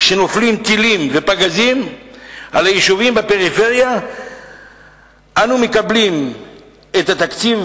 כשנופלים טילים ופגזים על היישובים בפריפריה אנו מקבלים את התקציב